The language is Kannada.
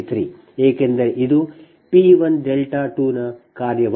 ಏಕೆಂದರೆ P 1 2 ನ ಕಾರ್ಯವಲ್ಲ